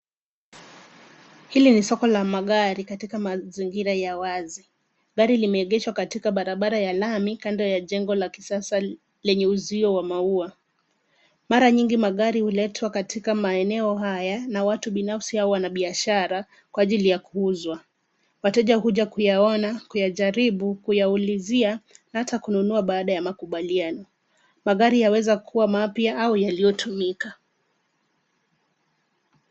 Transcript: Hili ni soko la magari katika mazingira ya wazi. Gari limeegeshwa katika barabara ya lami kando ya jengo la kisasa lenye uzio wa maua. Mara nyingi magari huletwa katika maeneo haya na watu binafsi au wanabiashara kwa ajili ya kuuzwa. Wateja huja kuyaona, kuyajaribu, kuyaulizia na hata kununua baada ya makubaliano. Magari yaweza kuwa mapya au yaliyotumika.